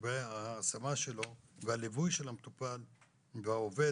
וההשמה שלה והליווי של המטופל והעובד